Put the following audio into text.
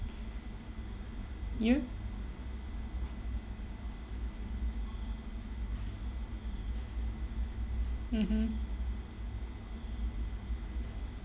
you mmhmm